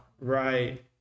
right